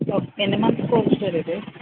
ఎన్ని months course sir ఇది